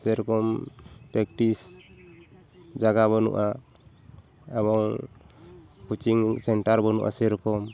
ᱡᱮ ᱨᱚᱠᱚᱢ ᱯᱮᱠᱴᱤᱥ ᱡᱟᱜᱟ ᱵᱟᱹᱱᱩᱜᱼᱟ ᱮᱵᱚᱝ ᱠᱳᱪᱤᱝ ᱥᱮᱱᱴᱟᱨ ᱵᱟᱹᱱᱩᱜᱼᱟ ᱥᱮᱨᱚᱠᱚᱢ